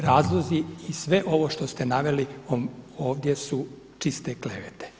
Razlozi i sve ovo što ste naveli ovdje su čiste klevete.